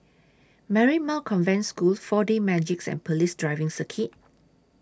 Marymount Convent School four D Magix and Police Driving Circuit